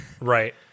right